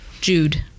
Jude